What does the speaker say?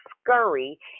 scurry